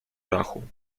dachu